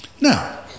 Now